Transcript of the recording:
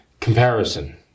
comparison